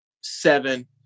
seven